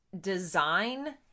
design